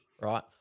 Right